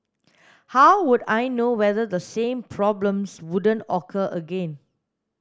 how would I know whether the same problems wouldn't occur again